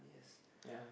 yeah